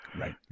Right